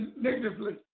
negatively